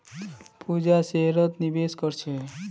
पूजा शेयरत निवेश कर छे